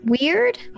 weird